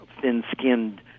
thin-skinned